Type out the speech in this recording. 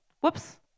Whoops